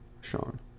Sean